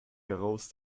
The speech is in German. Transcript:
heraus